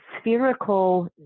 spherical